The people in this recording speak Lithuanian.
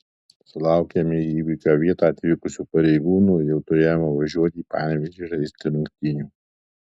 sulaukėme į įvykio vietą atvykusių pareigūnų ir jau turėjome važiuoti į panevėžį žaisti rungtynių